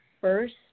first